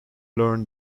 learned